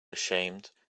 ashamed